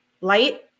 light